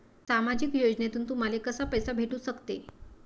सामाजिक योजनेतून तुम्हाले कसा पैसा भेटू सकते?